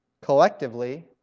collectively